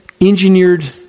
engineered